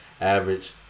average